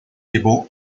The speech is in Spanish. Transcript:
llevó